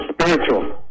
spiritual